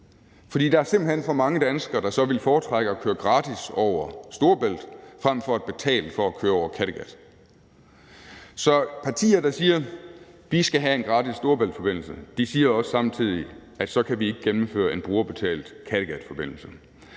fordi der simpelt hen er for mange danskere, der så ville foretrække at køre gratis over Storebælt frem for at betale for at køre over Kattegat. Så de partier, der siger, at vi skal have en gratis Storebæltsforbindelse, siger samtidig også, at vi så ikke kan gennemføre en brugerbetalt Kattegatforbindelse,